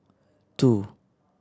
two